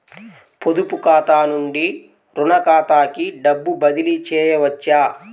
పొదుపు ఖాతా నుండీ, రుణ ఖాతాకి డబ్బు బదిలీ చేయవచ్చా?